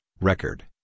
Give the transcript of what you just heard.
Record